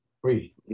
three